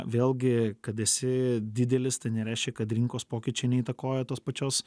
vėlgi kad esi didelis tai nereiškia kad rinkos pokyčiai neįtakoja tos pačios